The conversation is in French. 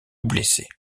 blessés